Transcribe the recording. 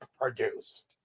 produced